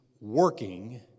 working